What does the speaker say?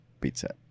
Pizza